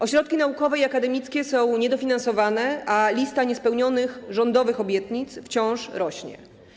Ośrodki naukowe i akademickie są niedofinansowane, a lista niespełnionych rządowych obietnic wciąż rośnie.